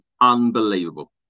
unbelievable